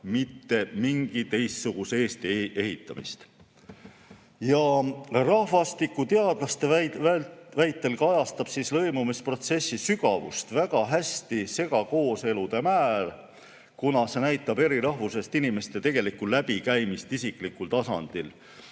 mitte mingi teistsuguse Eesti ehitamist. Rahvastikuteadlaste väitel kajastab lõimumisprotsessi sügavust väga hästi segakooselude määr, kuna see näitab eri rahvusest inimeste tegelikku läbikäimist isiklikul tasandil.